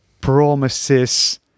promises